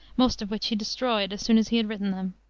most of which he destroyed as soon as he had written them.